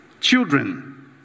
Children